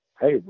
Hey